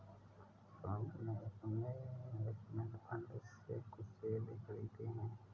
रोमिल ने अपने investment fund से कुछ शेयर भी खरीदे है